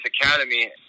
Academy